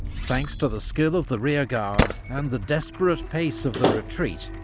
thanks to the skill of the rearguard, and the desperate pace of the retreat,